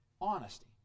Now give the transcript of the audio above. Honesty